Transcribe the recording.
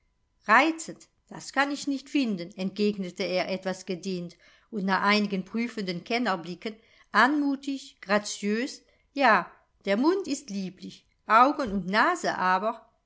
das kann ich nicht finden entgegnete er etwas gedehnt und nach einigen prüfenden kennerblicken anmutig graziös ja der mund ist lieblich augen und nase aber